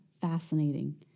fascinating